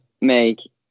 make